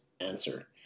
answer